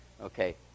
Okay